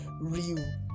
real